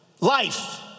life